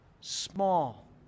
small